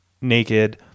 naked